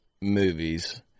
movies